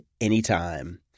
anytime